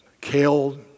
kale